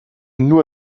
nur